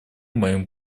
моим